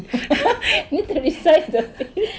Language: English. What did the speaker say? you need to resize the face